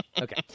Okay